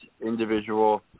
individual